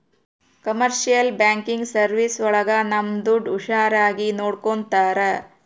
commercial banking service ಒಳಗ ನಮ್ ದುಡ್ಡು ಹುಷಾರಾಗಿ ನೋಡ್ಕೋತರ